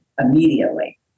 immediately